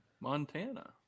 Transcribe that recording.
Montana